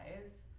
guys